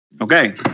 Okay